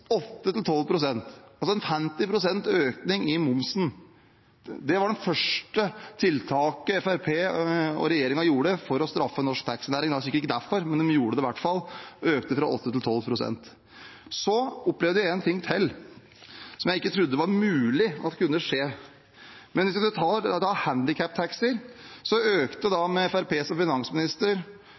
økning av momsen. Det var det første tiltaket Fremskrittspartiet og resten av regjeringen kom med for å straffe norsk taxinæring. Det var sikkert ikke derfor de gjorde det, men de gjorde det i hvert fall – økte momsen fra 8 pst. til 12 pst. Så opplevde jeg en ting til som jeg ikke trodde var mulig kunne skje. Hvis vi tar handikaptaxi som eksempel, økte regjeringen, med